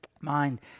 mind